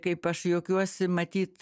kaip aš juokiuosi matyt